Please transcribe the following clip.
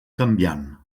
canviant